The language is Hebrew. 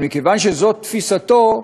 אבל כיוון שזאת תפיסתו,